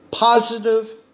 Positive